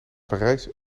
parijs